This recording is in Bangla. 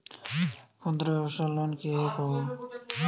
ক্ষুদ্রব্যাবসার লোন কিভাবে পাব?